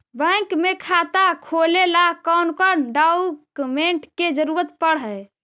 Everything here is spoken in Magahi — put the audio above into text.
बैंक में खाता खोले ल कौन कौन डाउकमेंट के जरूरत पड़ है?